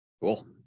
Cool